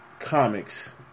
comics